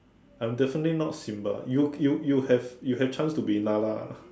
I'm definitely not Simba you you you have you have chance to be Nala